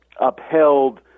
upheld